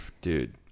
dude